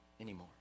anymore